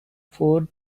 four